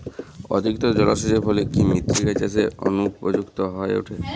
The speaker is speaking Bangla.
অতিরিক্ত জলসেচের ফলে কি মৃত্তিকা চাষের অনুপযুক্ত হয়ে ওঠে?